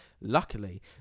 Luckily